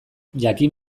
jakin